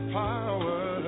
power